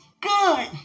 Good